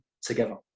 together